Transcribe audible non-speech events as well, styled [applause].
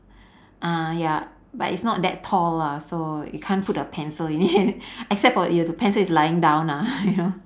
uh ya but it's not that tall lah so you can't put a pencil in it [laughs] except for if the pencil is lying down lah you know